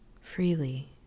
freely